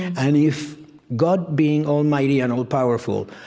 and if god, being almighty and all-powerful,